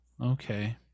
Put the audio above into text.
Okay